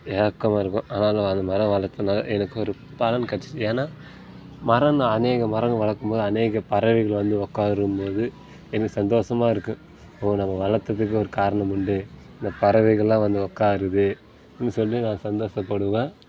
ஏக்கமாக இருக்கும் ஆனால் நான் அந்த மரம் வளர்த்தனால எனக்கு ஒரு பலன் கிடச்சுது ஏன்னா மரம் நான் அநேக மரங்கள் வளர்க்கும்போது அநேக பறவைகள் வந்து உட்காரும் போது எனக்கு சந்தோஷமாக இருக்கும் ஓ நம்ம வளர்த்ததுக்கும் ஒரு காரணம் உண்டு இந்த பறவைகள்லாம் வந்து உட்காருது ம் சொல்லி நான் சந்தோஷப்படுவேன்